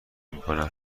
میکنم